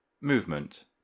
movement